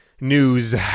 news